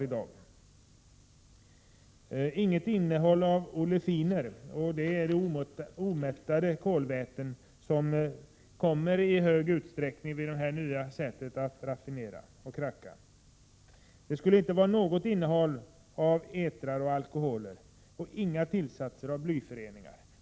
Bensin borde inte heller innehålla några olefiner, dvs. omättade kolväten vilka uppkommer vid det här nya sättet att raffinera och kracka. Slutligen borde bensinen inte heller innehålla några etrar och alkoholer och inte heller några blyföreningar.